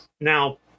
Now